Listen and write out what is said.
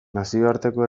nazioarteko